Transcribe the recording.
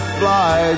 fly